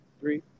three